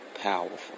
powerful